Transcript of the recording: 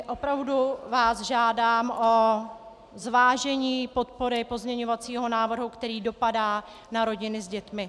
Opravdu vás žádám o zvážení podpory pozměňovacího návrhu, který dopadá na rodiny s dětmi.